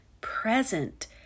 present